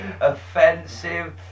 offensive